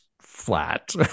flat